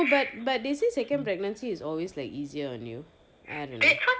no but but they say second pregnancy is like always easier on you I don't know